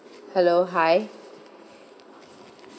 hello hi